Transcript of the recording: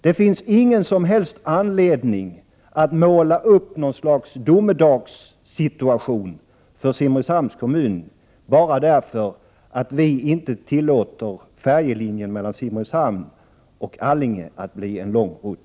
Det finns ingen som helst anledning att måla upp någon slags domedagssituation för Simrishamns kommun bara för att vi inte tillåter att färjelinjen mellan Simrishamn och Allinge blir en lång rutt.